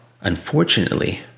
unfortunately